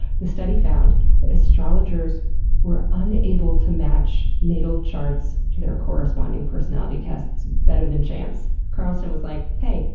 the study found that astrologers were unable to match natal charts to their corresponding personality tests better than chance. carlson was like, hey!